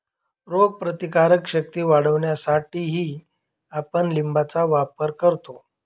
रोगप्रतिकारक शक्ती वाढवण्यासाठीही आपण लिंबाचा वापर करतो